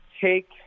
take